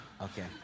Okay